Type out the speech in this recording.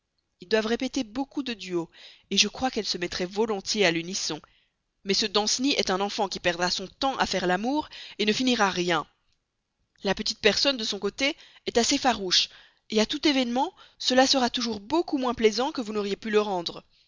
ils doivent répéter beaucoup de duos je crois qu'elle se mettrait volontiers à l'unisson mais ce danceny est un enfant qui perdra son temps à faire l'amour ne finira rien la petite personne de son côté est très farouche à tout événement cela sera toujours beaucoup moins plaisant que vous n'auriez pu le rendre